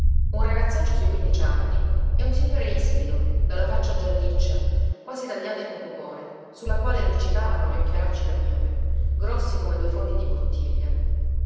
un ragazzaccio sui quindici anni e un signore ispido dalla faccia gialliccia quasi tagliata in un popone su la quale luccicavano gli occhialacci da miope grossi come due fondi di bottiglia